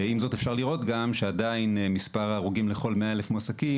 עם זאת אפשר לראות גם שעדיין מספר ההרוגים לכל 100,000 מועסקים